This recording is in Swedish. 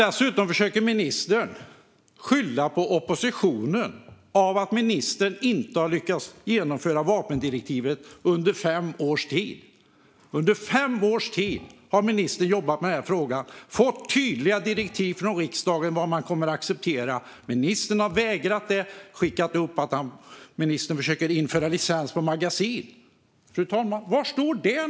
Dessutom försöker ministern att skylla på oppositionen för att ministern inte har lyckats genomföra vapendirektivet under fem års tid. Under fem år har ministern jobbat med den frågan och fått tydliga direktiv från riksdagen om vad man kommer att acceptera. Ministern har dock vägrat och skickat upp att han försöker att införa licens på magasin. Fru talman!